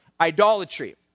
idolatry